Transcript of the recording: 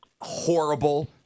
horrible